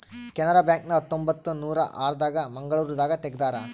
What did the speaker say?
Canara bank ನ ಹತ್ತೊಂಬತ್ತನೂರ ಆರ ದಾಗ ಮಂಗಳೂರು ದಾಗ ತೆಗ್ದಾರ